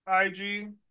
IG